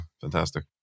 fantastic